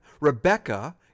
Rebecca